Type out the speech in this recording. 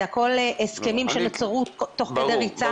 זה הכל הסכמים שנוצרו תוך כדי ריצה,